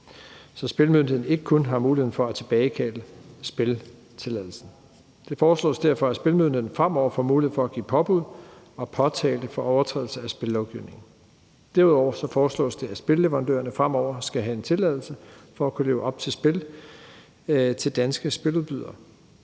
så Spillemyndigheden ikke kun har muligheden for at tilbagekalde spiltilladelsen. Det foreslås derfor, at Spillemyndigheden fremover får mulighed for at give påbud og påtale for overtrædelse af spillovgivningen. Derudover foreslås det, at spilleverandørerne fremover skal have en tilladelse for at kunne levere spil til danske spiludbydere.